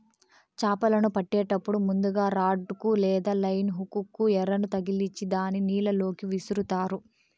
చాపలను పట్టేటప్పుడు ముందుగ రాడ్ కు లేదా లైన్ హుక్ కు ఎరను తగిలిచ్చి దానిని నీళ్ళ లోకి విసురుతారు